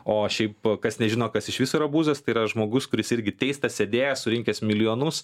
o šiaip kas nežino kas išvis yra buzas tai yra žmogus kuris irgi teistas sėdėjęs surinkęs milijonus